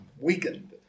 weakened